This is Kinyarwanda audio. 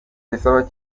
bisaba